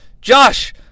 Josh